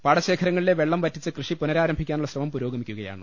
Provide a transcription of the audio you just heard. പാടശേഖരങ്ങളിലെ വെള്ളം വറ്റിച്ച് കൃഷി പുനരാരഭിക്കാനുള്ള ശ്രമം പുരോഗമിക്കുകയാണ്